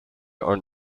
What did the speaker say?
are